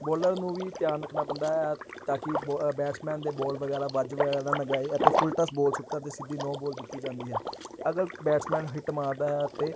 bowler ਨੂੰ ਵੀ ਧਿਆਨ ਰੱਖਣਾ ਪੈਂਦਾ ਐ ਐ ਤਾਂ ਕਿ ਬੋ ਅ ਬੈਟਸਮੈਨ ਦੇ ਬੋਲ ਵਗੈਰਾ ਵੱਜ ਵਗੈਰਾ ਨਾ ਨਾ ਗਏ ਅਤੇ ਫੁੱਲ ਟਸ ਬੋਲ ਸੁੱਟਣ 'ਤੇ ਸਿੱਧੀ ਨੋ ਬੋਲ ਦਿੱਤੀ ਜਾਂਦੀ ਹੈ ਅਗਰ ਬੈਟਸਮੈਨ ਹਿਟ ਮਾਰਦਾ ਹੈ ਅਤੇ